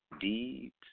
deeds